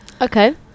okay